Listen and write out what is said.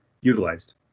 utilized